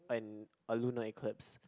an a lunar eclipse